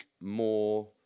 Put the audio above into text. more